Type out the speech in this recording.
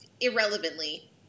Irrelevantly